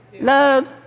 Love